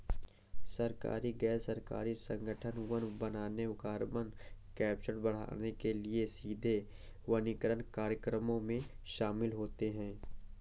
सरकारी, गैर सरकारी संगठन वन बनाने, कार्बन कैप्चर बढ़ाने के लिए सीधे वनीकरण कार्यक्रमों में शामिल होते हैं